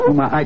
Uma